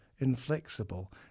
inflexible